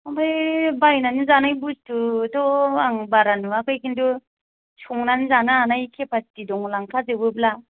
ओमफ्राय बायनानै जानाय बुस्थुथ' आं बारा नुआखै खिन्थु संनानै जानो हानाय केपासिटि दं लांखाजोबो बा